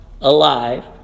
alive